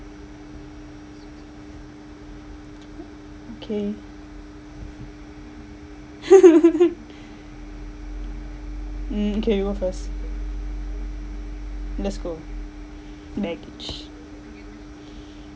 okay mm okay you go first let's go baggage